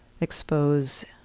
Expose